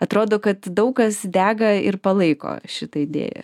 atrodo kad daug kas dega ir palaiko šitą idėją